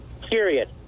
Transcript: Period